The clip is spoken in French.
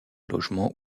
logement